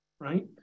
right